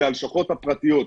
אלה הלשכות הפרטיות.